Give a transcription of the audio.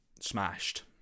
smashed